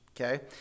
okay